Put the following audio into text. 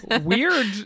Weird